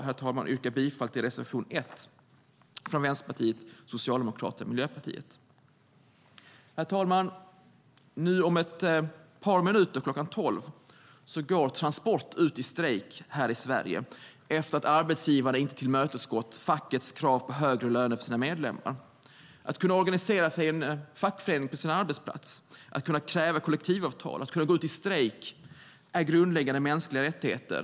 Därför yrkar jag bifall till reservation 1 från Vänsterpartiet, Socialdemokraterna och Miljöpartiet. Herr talman! Nu om ett par minuter, klockan 12.00, går Transport ut i strejk här i Sverige efter att arbetsgivarna inte tillmötesgått fackets krav på högre löner för sina medlemmar. Att kunna organisera sig i en fackförening på sin arbetsplats, att kräva kollektivavtal och att gå ut i strejk är grundläggande mänskliga rättigheter.